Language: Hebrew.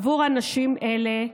עבור אנשים אלו,